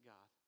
God